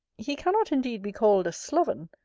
he cannot indeed be called a sloven,